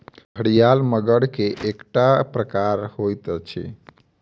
घड़ियाल मगर के एकटा प्रकार होइत अछि